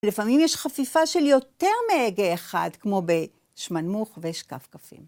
לפעמים יש חפיפה של יותר מאגע אחד, כמו בשמנמוך ושקפקפים.